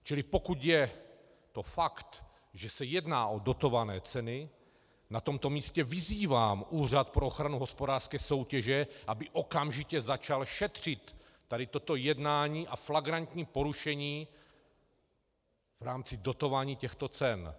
Čili pokud je to fakt, že se jedná o dotované ceny, na tomto místě vyzývám Úřad pro ochranu hospodářské soutěže, aby okamžitě začal šetřit tady toto jednání a flagrantní porušení v rámci dotování těchto cen.